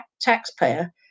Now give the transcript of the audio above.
taxpayer